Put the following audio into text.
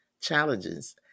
challenges